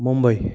Mumbai